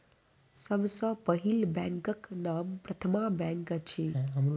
सभ सॅ पहिल बैंकक नाम प्रथमा बैंक अछि